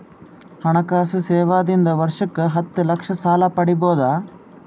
ಹಣಕಾಸು ಸೇವಾ ದಿಂದ ವರ್ಷಕ್ಕ ಹತ್ತ ಲಕ್ಷ ಸಾಲ ಪಡಿಬೋದ?